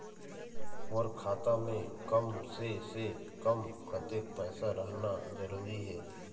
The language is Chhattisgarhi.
मोर खाता मे कम से से कम कतेक पैसा रहना जरूरी हे?